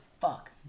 fuck